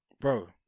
Bro